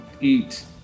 eat